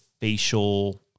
facial